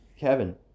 Kevin